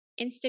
Instagram